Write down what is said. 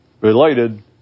related